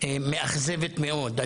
מאכזבת מאוד.